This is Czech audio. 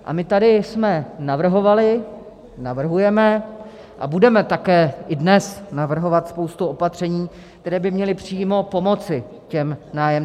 A my tady jsme navrhovali, navrhujeme a budeme také i dnes navrhovat spoustu opatření, která by měla přímo pomoci těm nájemcům.